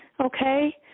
Okay